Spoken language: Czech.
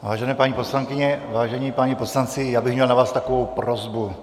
Vážené paní poslankyně, vážení páni poslanci, já bych měl na vás takovou prosbu.